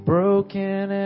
Broken